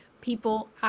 people